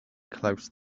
close